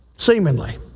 Seemingly